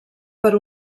per